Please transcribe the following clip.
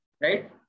right